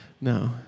No